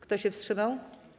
Kto się wstrzymał?